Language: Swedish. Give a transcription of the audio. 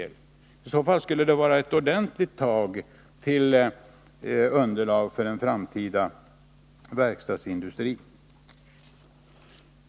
Det vore i så fall ett ordentligt tag och något som kunde ligga som underlag för den framtida verkstadsindustrin.